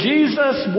Jesus